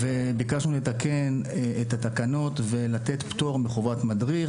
ביקשנו לתקן את התקנות ולתת פטור מחובת מדריך,